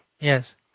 Yes